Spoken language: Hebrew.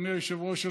אדוני היושב-ראש.